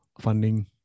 funding